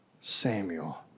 Samuel